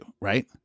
Right